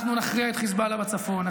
אנחנו נכריע את חיזבאללה בצפון,